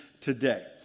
today